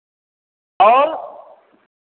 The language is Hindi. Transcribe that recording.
और